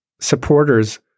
supporters